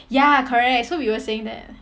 ya correct so we were saying that